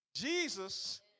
Jesus